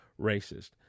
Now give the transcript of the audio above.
racist